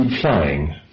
flying